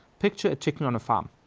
picture a chicken on a farm.